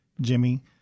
Jimmy